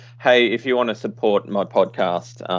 hey, if you want to support my podcast,